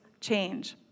change